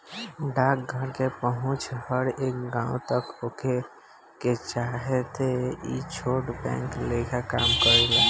डाकघर के पहुंच हर एक गांव तक होखे के चलते ई छोट बैंक लेखा काम करेला